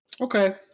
Okay